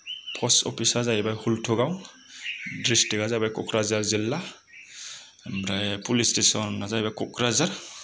post अफिसा जाहैबाय हुल्टुगाव डिस्ट्रिकआ जाहैबाय क'क्राझार जिल्ला आमफ्राय पुलिस स्टेसनआ जाहैयबाय कक्राझार